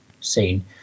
seen